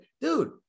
dude